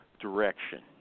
direction